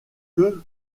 que